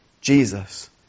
Jesus